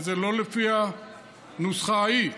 וזה לא לפי הנוסחה ההיא.